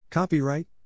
Copyright